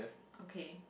okay